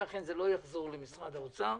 אם אכן זה לא יחזור למשרד האוצר,